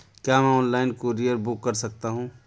क्या मैं online courier book कर सकता हूँ?